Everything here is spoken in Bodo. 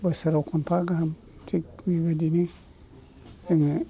बोसोराव खनफा गाहाम थिख बेबायदिनो जोङो